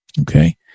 Okay